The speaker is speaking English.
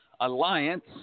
Alliance